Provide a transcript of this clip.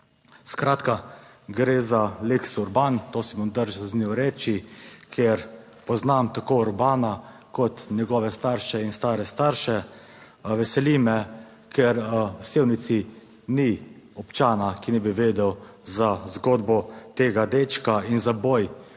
Skratka, gre za lex Urban, to si bom držal za njo reči, ker poznam tako Urbana kot njegove starše in stare starše. Veseli me, ker v Sevnici ni občana, ki ne bi vedel za zgodbo tega dečka in za boj